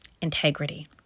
integrity